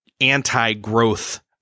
anti-growth